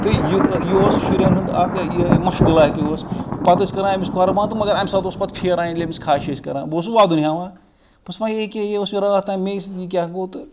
تہٕ یہِ یہِاوس شُرین ہُنٛد اَکھ یہٕ مَشغُلَہ تہِ اوس پتہٕ ٲسۍ کَران أمِس قۄربان تہٕ مگر اَمہِ ساتہٕ اوس پتہٕ پھیران ییٚلہِ أمِس خَش ٲسۍ کَران بہٕ اوسُس وَدُن ہیٚوان بہٕ اوسُس وَنان ہے ییٚکیاہ یہِ اوس راتھ تام مےٚ سۭتۍ یہِ کیاہ گوٚو تہٕ